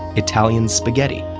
italian spaghetti,